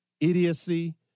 idiocy